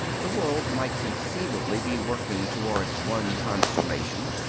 the world might conceivably be working towards one consummation,